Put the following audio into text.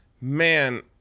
man